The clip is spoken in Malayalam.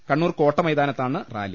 കണ്ണൂർ കോട്ട മൈതാനത്താണ് റാലി